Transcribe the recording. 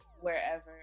wherever